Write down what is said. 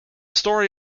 story